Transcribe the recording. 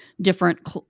different